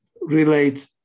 relate